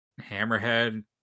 Hammerhead